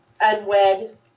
unwed